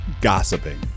Gossiping